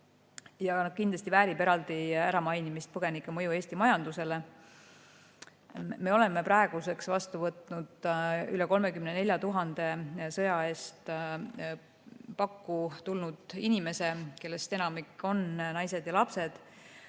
Kindlasti väärib eraldi mainimist põgenike mõju Eesti majandusele. Me oleme praeguseks vastu võtnud üle 34 000 sõja eest pakku tulnud inimese, kellest enamik on naised ja lapsed.